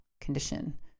condition